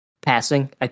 passing